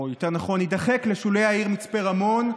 או יותר נכון יידחק לשולי העיר מצפה רמון,